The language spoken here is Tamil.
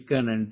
மிக்க நன்றி